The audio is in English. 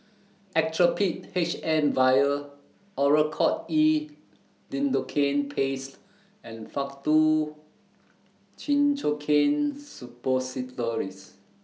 Actrapid H M Vial Oracort E Lidocaine Paste and Faktu Cinchocaine Suppositories